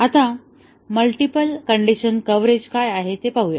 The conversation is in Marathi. आता मल्टिपल कंडीशन डिसिजन कव्हरेज काय आहे ते पाहूया